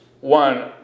One